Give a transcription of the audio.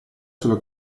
sulla